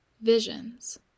Visions